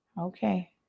Okay